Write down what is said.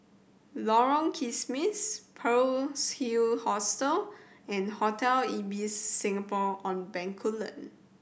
Lorong Kismis Pearl's Hill Hostel and Hotel Ibis Singapore On Bencoolen